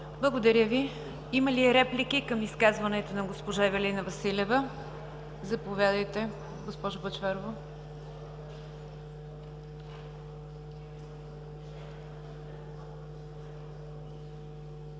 Благодаря Ви. Има ли реплики към изказването на госпожа Ивелина Василева? Заповядайте, госпожо Бъчварова. СВЕТЛА